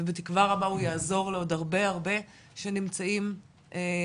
ובתקווה רבה הוא יעזור לעוד הרבה שנמצאים היום